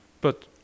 But